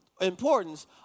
importance